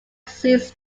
sees